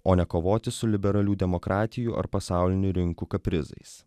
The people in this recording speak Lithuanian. o ne kovoti su liberalių demokratijų ar pasaulinių rinkų kaprizais